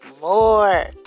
more